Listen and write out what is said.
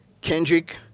Kendrick